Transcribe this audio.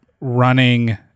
running